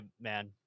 man